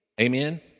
Amen